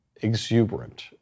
exuberant